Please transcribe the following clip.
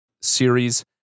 series